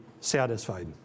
satisfied